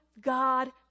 god